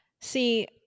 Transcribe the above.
see